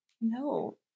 No